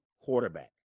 quarterback